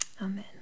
Amen